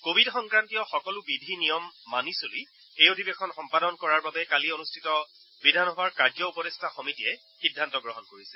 covid সংক্ৰান্তীয় সকলো বিধি নিয়ম মানি চলি এই অধিৱেশন সম্পাদন কৰাৰ বাবে কালি অনুষ্ঠিত বিধানসভাৰ কাৰ্য উপদেষ্টা সমিতিয়ে সিদ্ধান্ত গ্ৰহণ কৰিছে